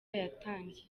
yatangiye